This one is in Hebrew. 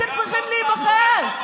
אתם צריכים להיבחר.